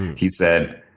he said,